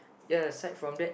ya aside from that